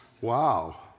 Wow